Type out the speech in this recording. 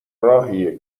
راهیه